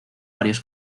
varios